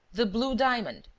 the blue diamond!